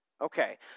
Okay